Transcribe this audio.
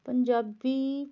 Punjabi